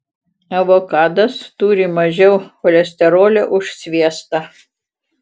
avokadas turi mažiau cholesterolio už sviestą